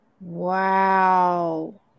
Wow